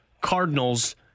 Cardinals